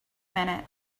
minute